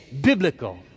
biblical